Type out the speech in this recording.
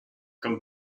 comme